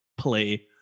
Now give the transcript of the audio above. play